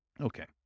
Okay